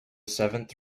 seventh